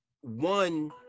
one